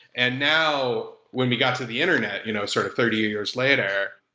and now, when we got to the internet you know sort of thirty years later,